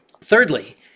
Thirdly